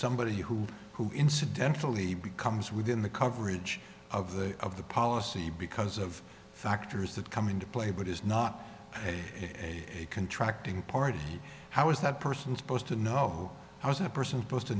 somebody who who incidentally becomes within the coverage of the of the policy because of factors that come into play but is not a contract in part how is that person supposed to know how is that person posed to